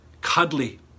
cuddly